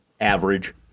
Average